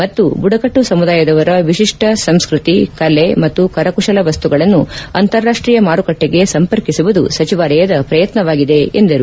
ಮತ್ತು ಬುಡಕಟ್ಟು ಸಮುದಾಯದವರ ವಿಶಿಷ್ಟ ಸಂಸ್ಕೃತಿ ಕಲೆ ಮತ್ತು ಕರಕುಶಲ ವಸ್ತುಗಳನ್ನು ಅಂತಾರಾಷ್ಷೀಯ ಮಾರುಕಟ್ಟಿಗೆ ಸಂಪರ್ಕಿಸುವುದು ಸಚಿವಾಲಯದ ಪ್ರಯತ್ನವಾಗಿದೆ ಎಂದರು